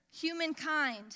humankind